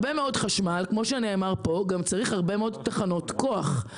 לכן גם צריך הרבה מאוד תחנות כוח.